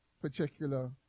particular